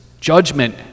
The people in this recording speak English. judgment